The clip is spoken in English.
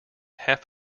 half